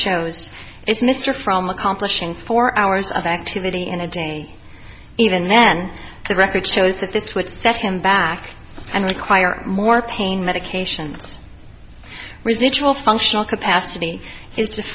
shows is mr from accomplishing four hours of activity in a day even then the record shows that this would set him back and require more pain medications residual functional capacity